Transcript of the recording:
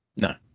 No